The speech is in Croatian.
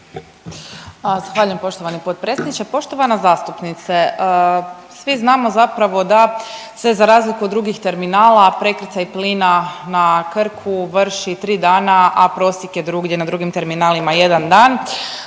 poštovani potpredsjedniče. Poštovana zastupnice, svi znamo zapravo da se za razliku od drugih terminala prekrcaj plina na Krku vrši tri dana, a prosjek je drugdje na drugim terminalima jedan dan.